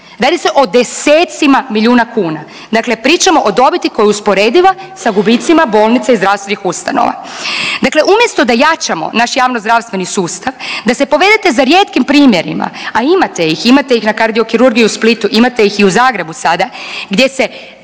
Radi se o desecima milijuna kuna. Dakle, pričamo o dobiti koja je usporediva sa gubicima bolnica i zdravstvenih ustanova. Dakle, umjesto da jačamo naš javno-zdravstveni sustav, da se povedete za rijetkim primjerima, a imate ih, imate ih na kardio kirurgiji u Splitu, imate ih i u Zagrebu sada gdje se